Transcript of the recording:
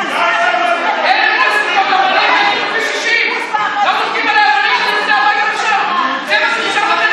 את המשפחות ונשים וילדים באמצע הלילה, חבר הכנסת